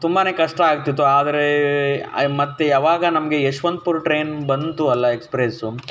ತುಂಬನೇ ಕಷ್ಟ ಆಗ್ತಿತ್ತು ಆದರೆ ಮತ್ತೆ ಯಾವಾಗ ನಮಗೆ ಯಶ್ವಂತಪುರ ಟ್ರೈನ್ ಬಂತು ಅಲ್ಲ ಎಕ್ಸ್ಪ್ರೆಸ್ಸು